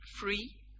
Free